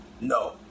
No